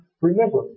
remember